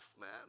man